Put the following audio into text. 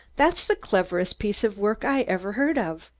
that's the cleverest piece of work i ever heard of,